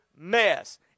mess